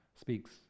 speaks